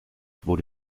wurde